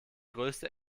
größte